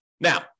Now